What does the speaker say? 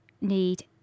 need